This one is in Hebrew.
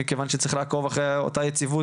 מכיוון שצריך לעקוב אחרי אותה יציבות